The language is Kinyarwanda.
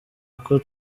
uko